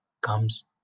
comes